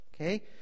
okay